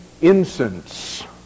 incense